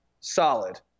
solid